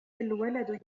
الولد